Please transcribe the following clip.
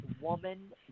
woman